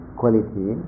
quality